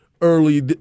early